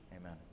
Amen